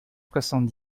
soixante